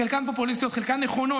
חלקן פופוליסטיות וחלקן נכונות,